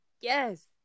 Yes